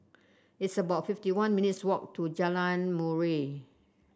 it's about fifty one minutes' walk to Jalan Murai